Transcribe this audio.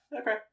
Okay